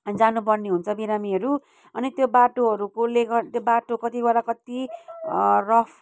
जानुपर्ने हुन्छ बिरामीहरू अनि त्यो बाटोहरूकोले गर्दा त्यो बाटो कतिवटा कति रफ